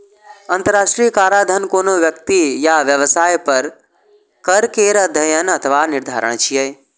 अंतरराष्ट्रीय कराधान कोनो व्यक्ति या व्यवसाय पर कर केर अध्ययन अथवा निर्धारण छियै